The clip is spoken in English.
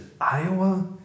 Iowa